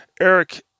Eric